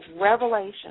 Revelation